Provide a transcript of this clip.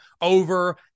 over